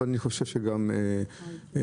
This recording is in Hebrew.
ואני חושב שגם אביעד.